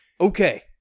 okay